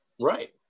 Right